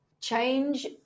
change